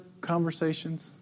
conversations